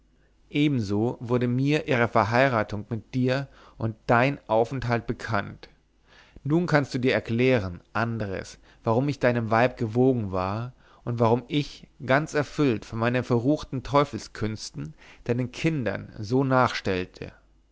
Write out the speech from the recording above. ebenso wurde mir ihre verheiratung mit dir und dein aufenthalt bekannt nun kannst du dir erklären andres warum ich deinem weibe gewogen war und warum ich ganz erfüllt von meinen verruchten teufelskünsten deinen kindern so nachstellte